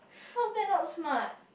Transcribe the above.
how's that not smart